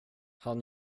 han